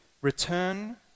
return